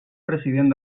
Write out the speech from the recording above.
president